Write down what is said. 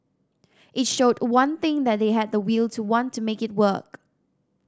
it showed one thing that they had the will to want to make it work